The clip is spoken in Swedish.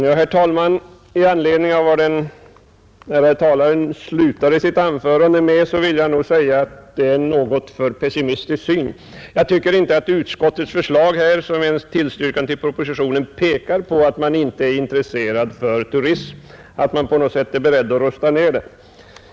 Herr talman! Med anledning av vad den sista ärade talaren slutade sitt anförande med vill jag först säga att detta är en något för pessimistisk synpunkt. Jag tror inte att utskottets förslag, som innebär ett tillstyrkande av propositionen, tyder på att man inte är intresserad av turismen eller att man på något sätt är beredd att rusta ned.